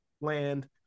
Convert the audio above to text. land